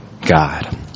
God